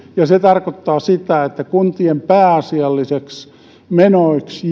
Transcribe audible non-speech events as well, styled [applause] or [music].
ja se tarkoittaa sitä että kuntien pääasiallisiksi menoiksi [unintelligible]